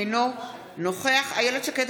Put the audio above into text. אינו נוכח אילת שקד,